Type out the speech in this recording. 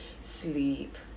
sleep